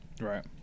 Right